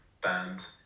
band